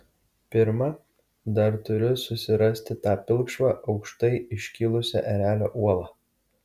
pirma dar turiu susirasti tą pilkšvą aukštai iškilusią erelio uolą